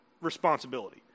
responsibility